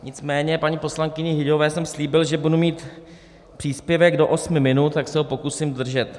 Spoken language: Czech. Nicméně paní poslankyni Hyťhové jsem slíbil, že budu mít příspěvek do osmi minut, tak se ho pokusím držet.